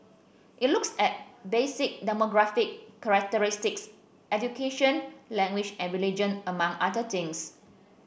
it looks at basic demographic characteristics education language and religion among other things